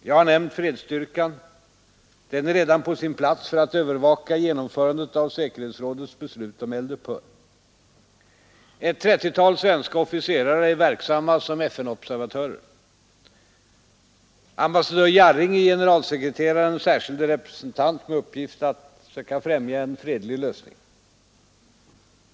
Jag har nämnt fredsstyrkan — den är redan på plats för att övervaka genomförandet av säkerhetsrådets beslut om eld upphör. Ett trettiotal svenska officerare är verksamma som FN-observatörer. Ambassadör Jarring är generalsekreterarens särskilde representant med uppgift att söka främja en fredlig lösning.